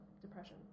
depression